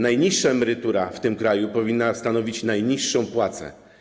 Najniższa emerytura w tym kraju powinna stanowić najniższą płacę.